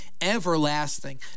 Everlasting